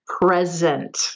present